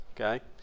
okay